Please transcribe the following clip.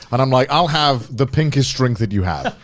and i'm like, i'll have the pinkest drink that you have.